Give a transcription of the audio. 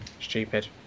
Stupid